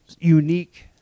unique